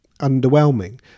underwhelming